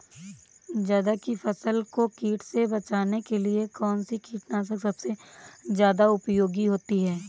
जायद की फसल को कीट से बचाने के लिए कौन से कीटनाशक सबसे ज्यादा उपयोगी होती है?